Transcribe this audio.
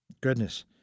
goodness